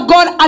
God